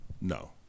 No